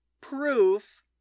proof